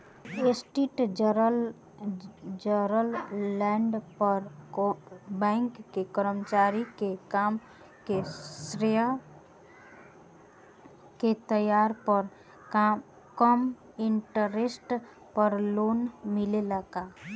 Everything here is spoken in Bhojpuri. स्वीट्जरलैंड में बैंक के कर्मचारी के काम के श्रेय के तौर पर कम इंटरेस्ट पर लोन मिलेला का?